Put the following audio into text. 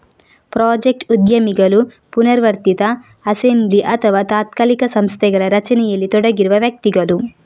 project ಉದ್ಯಮಿಗಳು ಪುನರಾವರ್ತಿತ assembly ಅಥವಾ ತಾತ್ಕಾಲಿಕ ಸಂಸ್ಥೆಗಳ ರಚನೆಯಲ್ಲಿ ತೊಡಗಿರುವ ವ್ಯಕ್ತಿಗಳು